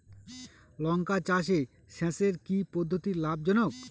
লঙ্কা চাষে সেচের কি পদ্ধতি লাভ জনক?